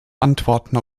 antworten